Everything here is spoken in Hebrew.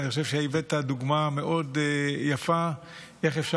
ואני חושב שהיווית דוגמה מאוד יפה לאיך אפשר